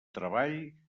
treball